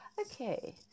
okay